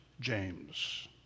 James